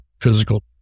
physical